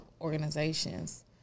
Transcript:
organizations